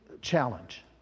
challenge